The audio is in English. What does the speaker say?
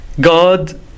God